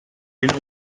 günü